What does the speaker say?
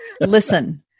Listen